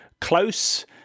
close